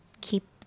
keep